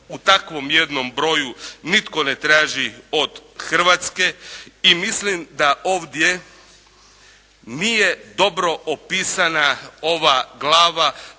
u takvom jednom broju nitko ne traži od Hrvatske. I mislim da ovdje nije dobro opisana ova glava